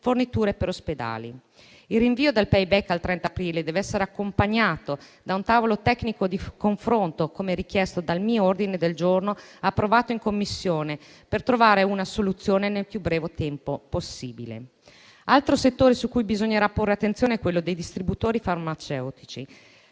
per gli ospedali. Il rinvio del *payback* al 30 aprile dev'essere accompagnato da un tavolo tecnico di confronto, come richiesto dal mio ordine del giorno approvato in Commissione, per trovare una soluzione nel più breve tempo possibile. Un altro settore su cui bisognerà porre attenzione è quello dei distributori farmaceutici.